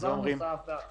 אני אומר לכם שסוף שבוע,